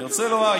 אני רוצה לומר,